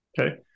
Okay